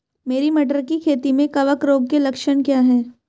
मेरी मटर की खेती में कवक रोग के लक्षण क्या हैं?